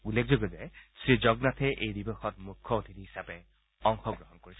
উল্লেখযোগ্য যে শ্ৰীজগনাথে এই দিৱসত মুখ্য অতিথি হিচাপে অংশগ্ৰহণ কৰিছে